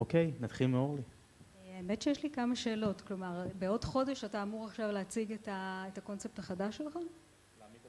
אוקיי נתחיל מאורלי. האמת שיש לי כמה שאלות, כלומר בעוד חודש אתה אמור עכשיו להציג את הקונספט החדש שלך?